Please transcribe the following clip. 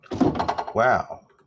Wow